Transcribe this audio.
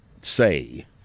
say